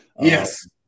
Yes